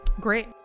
Great